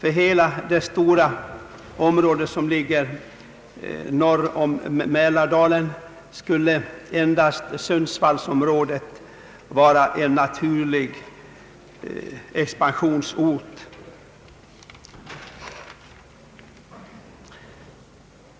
Av hela det stora område som ligger norr om Mälardalen skulle endast Sundsvallsområdet vara en naturlig expansionsort.